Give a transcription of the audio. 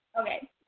Okay